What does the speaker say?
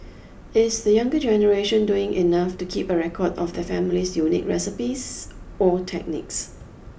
is the younger generation doing enough to keep a record of their family's unique recipes or techniques